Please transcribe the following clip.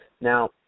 Now